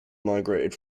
migrated